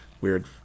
Weird